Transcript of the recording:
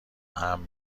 حمل